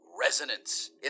resonance